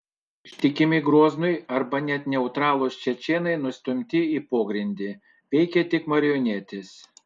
ištikimi groznui arba net neutralūs čečėnai nustumti į pogrindį veikia tik marionetės